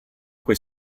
quei